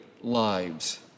lives